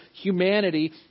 humanity